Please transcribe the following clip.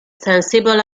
sensible